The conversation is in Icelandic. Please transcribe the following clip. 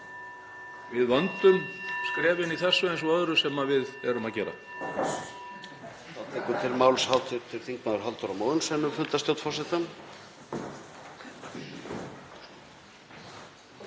Við vöndum skrefin í þessu eins og öðru sem við erum að gera.